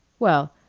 well,